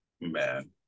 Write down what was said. man